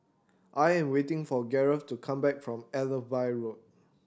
I am waiting for Garret to come back from Allenby Road